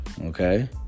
okay